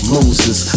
Moses